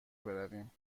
برویم